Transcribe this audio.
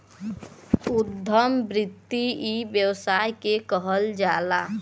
उद्यम वृत्ति इ व्यवसाय के कहल जाला